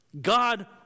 God